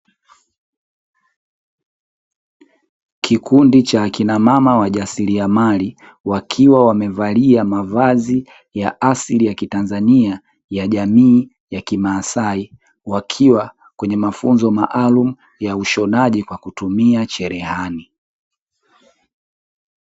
Kikundi cha wakina mama wajasiriamali, wakiwa wamevalia mavazi ya asili ya kitanzania ya jamii ya kimaasai, wakiwa kwenye mafunzo maalumu ya ushonaji kwa kutumia cherehani.